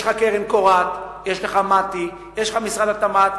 יש לך "קרן קורת", יש לך מת"י, יש לך משרד התמ"ת.